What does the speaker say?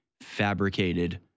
fabricated